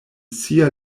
sia